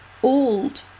Old